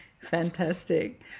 fantastic